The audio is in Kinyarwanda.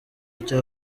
cya